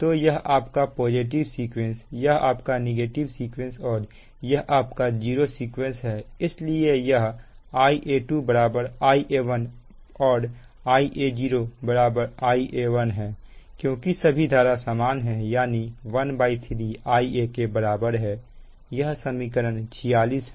तो यह आपका पॉजिटिव सीक्वेंस यह आपका नेगेटिव सीक्वेंस और यह आपका जीरो सीक्वेंस है इसलिए यह Ia2 Ia1 और Ia0 Ia1 है क्योंकि सभी धारा समान है यानी 13 Ia के बराबर है यह समीकरण 46 है